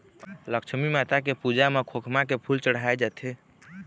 लक्छमी माता के पूजा म खोखमा के फूल चड़हाय जाथे